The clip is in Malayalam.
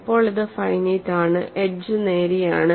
ഇപ്പോൾ ഇത് ഫൈനൈറ്റ് ആണ്എഡ്ജ് നേരെയാണ്